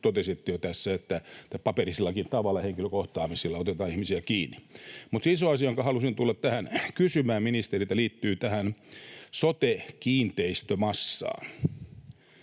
Totesitte jo tässä, että paperisellakin tavalla ja henkilökohtaamisilla otetaan ihmisiä kiinni. Mutta se iso asia, jonka halusin tulla kysymään ministeriltä, liittyy tähän sote-kiinteistömassaan.